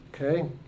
Okay